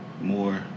more